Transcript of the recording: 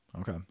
Okay